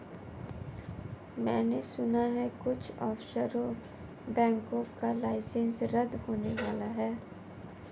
मैने सुना है कुछ ऑफशोर बैंकों का लाइसेंस रद्द होने वाला है